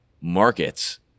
markets